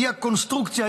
הוא הקונסטרוקציה,